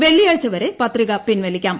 വെള്ളിയാഴ്ച വരെ പത്രിക പിൻവലിക്കാം